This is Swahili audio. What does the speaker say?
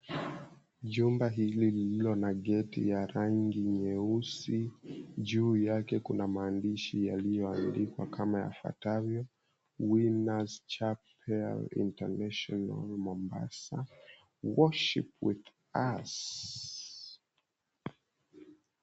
Jumba hili, lililo na geti ya rangi nyeusi, juu yake kuna maandishi yaliyoandikwa kama yafuatavyo, "Winners Chapel International Mombasa Worship with us."